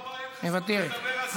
מוותרת,